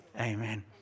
Amen